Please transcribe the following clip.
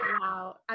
Wow